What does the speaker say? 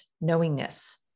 knowingness